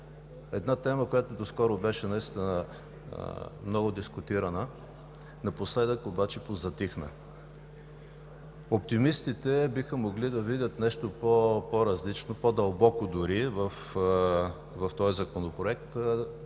една тема, която доскоро беше много дискутирана, но напоследък позатихна. Оптимистите биха могли да видят нещо по-различно, по-дълбоко дори в този законопроект,